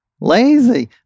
Lazy